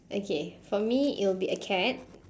okay for me it'll be a cat